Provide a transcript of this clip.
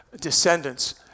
descendants